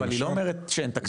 אבל היא לא אומרת שאין תקציבים,